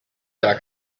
della